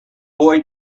boy